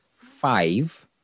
five